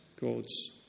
God's